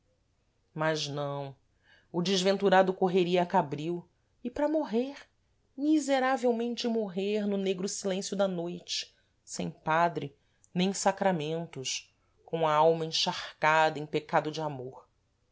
mas não o desventurado correria a cabril e para morrer miserávelmente morrer no negro silêncio da noite sem padre nem sacramentos com a alma encharcada em pecado de amor